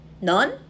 none